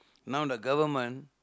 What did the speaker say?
now the Government